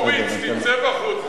הורוביץ, תצא בחוץ.